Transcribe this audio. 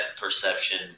perception